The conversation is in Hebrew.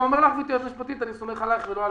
גברתי היועצת המשפטית, אני סומך עלייך ולא עליהם.